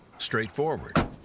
straightforward